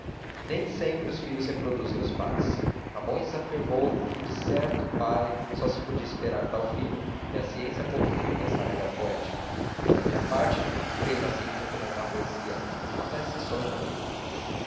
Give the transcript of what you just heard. nem sempre os filhos reproduzem os pais camões afirmou que de certo pai só se podia esperar tal filho e a ciência confirma esta regra poética pela minha parte creio na ciência como na poesia mas há exceções amigo